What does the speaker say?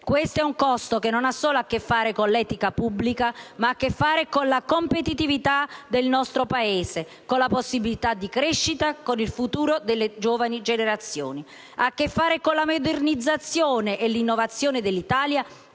permettere, che non ha solo a che fare con l'etica pubblica ma anche con la competitività del nostro Paese, con la possibilità di crescita, con il futuro delle giovani generazioni. Ha a che fare con la modernizzazione e l'innovazione dell'Italia,